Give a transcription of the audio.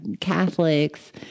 Catholics